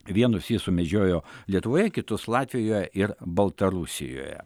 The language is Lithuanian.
vienus jis sumedžiojo lietuvoje kitus latvijoje ir baltarusijoje